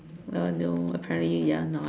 oh no apparently ya not